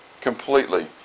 Completely